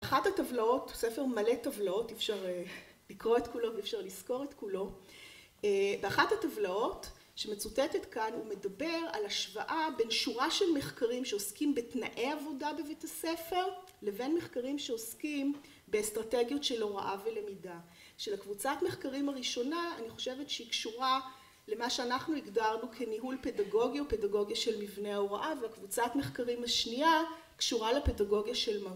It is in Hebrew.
אחת הטבלאות, ספר מלא טבלאות, אי אפשר לקרוא את כולו ואי אפשר לזכור את כולו. באחת הטבלאות שמצוטטת כאן, הוא מדבר על השוואה בין שורה של מחקרים שעוסקים בתנאי עבודה בבית הספר לבין מחקרים שעוסקים באסטרטגיות של הוראה ולמידה. של הקבוצת מחקרים הראשונה, אני חושבת שהיא קשורה למה שאנחנו הגדרנו כניהול פדגוגי או פדגוגיה של מבנה ההוראה, והקבוצת מחקרים השנייה, קשורה לפדגוגיה של